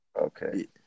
Okay